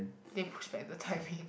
they push back the timing